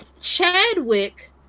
Chadwick